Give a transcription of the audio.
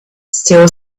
still